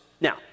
Now